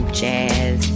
jazz